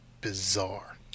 bizarre